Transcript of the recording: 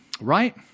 right